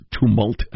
tumult